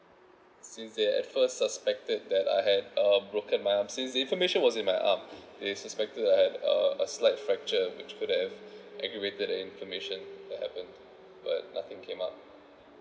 since they at first suspected that I have uh broken my arm since the inflammation was in my arm they suspected I had a a slight fracture which could have incubated the inflammation that happen but nothing came up